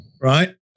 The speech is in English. right